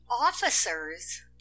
officers